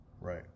right